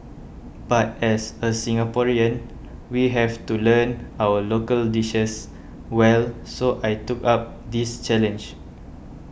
but as a Singaporean we have to learn our local dishes well so I took up this challenge